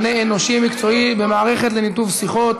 (מענה אנושי מקצועי במערכת לניתוב שיחות),